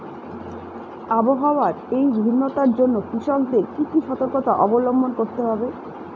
আবহাওয়ার এই ভিন্নতার জন্য কৃষকদের কি কি সর্তকতা অবলম্বন করতে হবে?